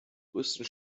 größten